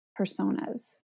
personas